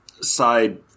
side